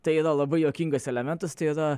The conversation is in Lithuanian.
tai yra labai juokingas elementas tai yra